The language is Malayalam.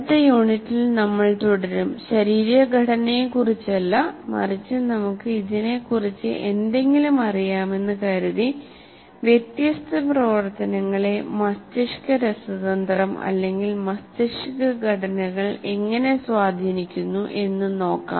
അടുത്ത യൂണിറ്റിൽ നമ്മൾ തുടരും ശരീരഘടനയെക്കുറിച്ചല്ല മറിച്ച് നമുക്ക് ഇതിനെക്കുറിച്ച് എന്തെങ്കിലും അറിയാമെന്ന് കരുതി വ്യത്യസ്ത പ്രവർത്തനങ്ങളെ മസ്തിഷ്ക രസതന്ത്രം അല്ലെങ്കിൽ മസ്തിഷ്ക ഘടനകൾ എങ്ങനെ സ്വാധീനിക്കുന്നു എന്ന് നോക്കാം